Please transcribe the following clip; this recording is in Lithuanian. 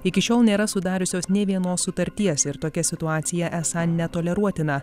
iki šiol nėra sudariusios nė vienos sutarties ir tokia situacija esą netoleruotina